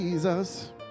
Jesus